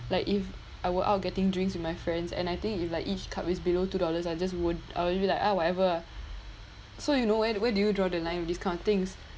like if I were out getting drinks with my friends and I think if like each cup is below two dollars I just would or I'll be like ah whatever lah so you know where do where do you draw the line with these kind of things